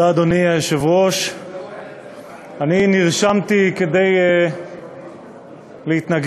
תודה, אדוני היושב-ראש, אני נרשמתי כדי להתנגד,